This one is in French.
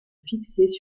fixées